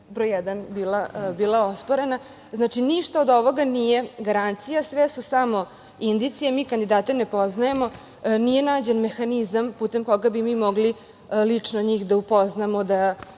broj jedan bila osporena, znači ništa od ovoga nije garancija, sve su samo indicije. Mi kandidate ne poznajemo. Nije nađen mehanizam putem koga bi mi mogli lično njih da upoznamo,